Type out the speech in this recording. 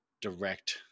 direct